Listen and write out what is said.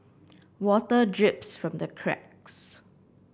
water drips from the cracks